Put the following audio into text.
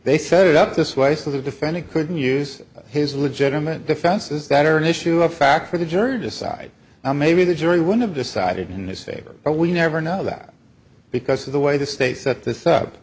they set it up this way so the defendant couldn't use his legitimate defenses that are an issue of fact for the jury decide how maybe the jury would have decided in his favor but we never know that because of the way the state set this up